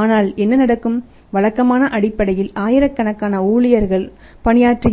ஆனால் என்ன நடக்கும் வழக்கமான அடிப்படையில் ஆயிரக்கணக்கான ஊழியர்கள் பணியாற்றுகின்றனர்